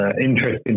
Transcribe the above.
interesting